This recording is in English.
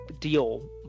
deal